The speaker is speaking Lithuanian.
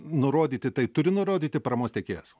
nurodyti tai turi nurodyti paramos teikėjas